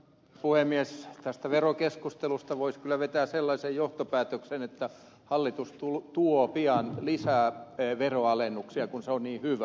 tästä verokeskustelusta voisi kyllä vetää sellaisen johtopäätöksen että hallitus tuo pian lisää veronalennuksia kun se on niin hyvä